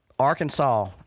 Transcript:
Arkansas